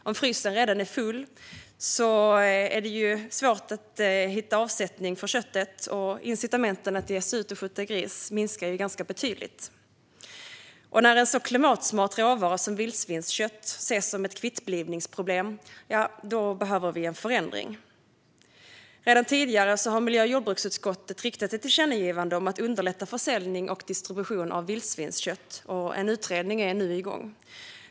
Om frysen redan är full är det svårt att hitta avsättning för köttet, och incitamenten för att ge sig ut och skjuta gris minskar ganska betydligt. När en så klimatsmart råvara som vildsvinskött ses som ett kvittblivningsproblem behöver vi en förändring. Redan tidigare har miljö och jordbruksutskottet riktat ett tillkännagivande till regeringen om att underlätta försäljning och distribution av vildsvinskött, och en utredning är nu igång.